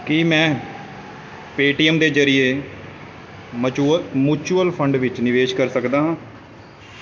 ਕੀ ਮੈਂ ਪੇਟੀਐੱਮ ਦੇ ਜ਼ਰੀਏ ਮਚੂਅਲ ਮਿਊਚਲ ਫੰਡ ਵਿੱਚ ਨਿਵੇਸ਼ ਕਰ ਸਕਦਾ ਹਾਂ